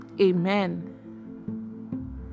Amen